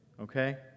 Okay